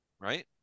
right